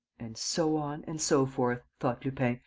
and so on and so forth, thought lupin,